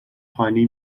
هانی